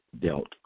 dealt